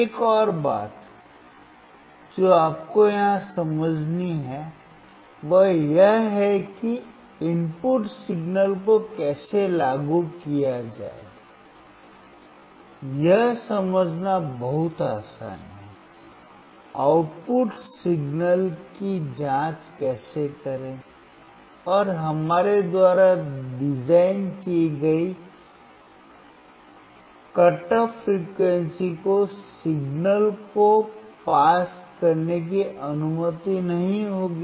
एक और बात जो आपको यहाँ समझनी है वह यह है कि इनपुट सिग्नल को कैसे लागू किया जाए यह समझना बहुत आसान है आउटपुट सिग्नल की जांच कैसे करें और हमारे द्वारा डिज़ाइन की गई कट ऑफ फ्रीक्वेंसी को सिग्नल को पास करने की अनुमति नहीं होगी